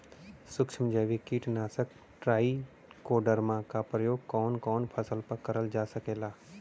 सुक्ष्म जैविक कीट नाशक ट्राइकोडर्मा क प्रयोग कवन कवन फसल पर करल जा सकेला?